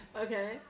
Okay